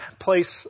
place